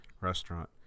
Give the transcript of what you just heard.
restaurant